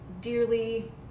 dearly